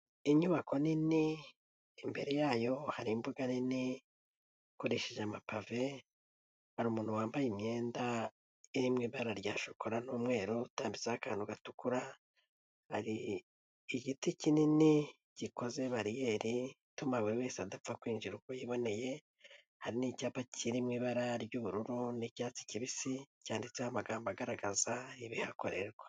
Inyubako nini imbere yayo hari imbuga nini ikoresheje amapave hari umuntu wambaye imyenda iri mu ibara rya shokora n'umweru utambitseho akantu gatukura, hari igiti kinini gikoze bariyeri ituma buri wese adapfa kwinjira uko yiboneye, hari icyapa kirimo ibara ry'ubururu n'icyatsi kibisi cyanditseho amagambo agaragaza ibihakorerwa.